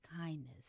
kindness